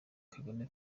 kagame